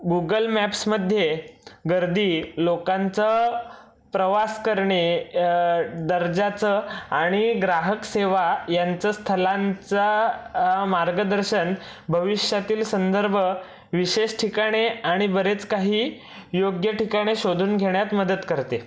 Google मॅप्समध्ये गर्दी लोकांचं प्रवास करणे दर्जाचं आणि ग्राहक सेवा यांचं स्थलांचं मार्गदर्शन भविष्यातील संदर्भ विशेष ठिकाणे आणि बरेच काही योग्य ठिकाणे शोधून घेण्यात मदत करते